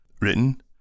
Written